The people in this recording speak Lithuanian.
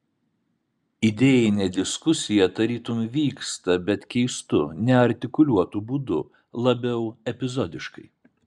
idėjinė diskusija tarytum vyksta bet keistu neartikuliuotu būdu labiau epizodiškai